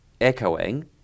echoing